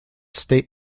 state